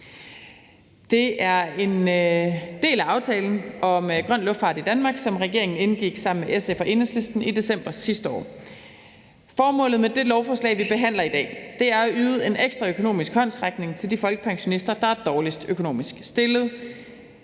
Det er en del af aftalen om grøn luftfart i Danmark, som regeringen indgik sammen med SF og Enhedslisten i december sidste år. Formålet med det lovforslag, vi behandler i dag, er at yde en ekstra økonomisk håndsrækning til de folkepensionister, der er dårligst økonomisk stillet.